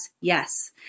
yes